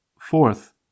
fourth